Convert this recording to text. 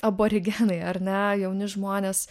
aborigenai ar ne jauni žmonės